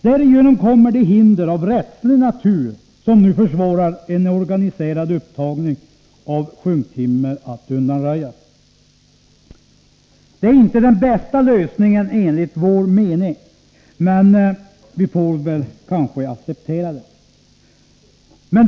Därigenom kommer de hinder av rättslig natur som nu försvårar en organiserad upptagning av sjunktimmer att undanröjas. Det är inte den bästa lösningen, enligt vår mening, men vi får väl acceptera den.